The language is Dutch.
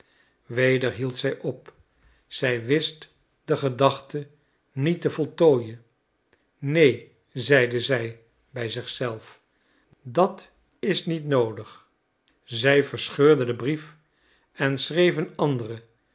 weder hield zij op zij wist de gedachte niet te voltooien neen zeide zij bij zich zelf dat is niet noodig zij verscheurde den brief en schreef een anderen